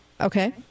Okay